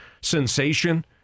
sensation